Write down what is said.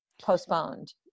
postponed